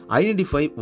identify